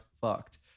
fucked